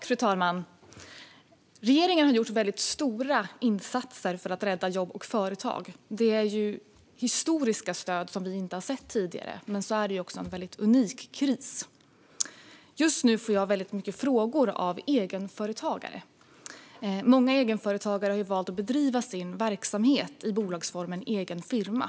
Fru talman! Regeringen har gjort väldigt stora insatser för att rädda jobb och företag. Det är fråga om historiska stöd som vi inte har sett tidigare. Men så är det också en unik kris. Just nu får jag väldigt många frågor från egenföretagare. Många av dem har valt att bedriva sin verksamhet i bolagsformen egen firma.